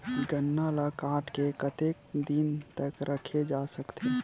गन्ना ल काट के कतेक दिन तक रखे जा सकथे?